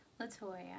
Latoya